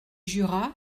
jura